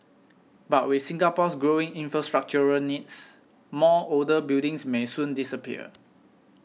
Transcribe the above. but with Singapore's growing infrastructural needs more older buildings may soon disappear